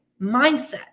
mindset